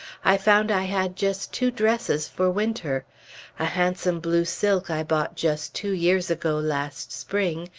i found i had just two dresses for winter a handsome blue silk i bought just two years ago last spring,